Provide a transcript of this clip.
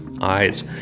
eyes